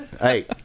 Hey